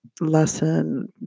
lesson